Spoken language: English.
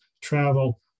travel